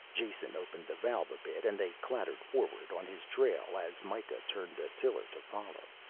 jason opened the valve a bit and they clattered forward on his trail as mikah turned the tiller to follow.